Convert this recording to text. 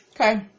Okay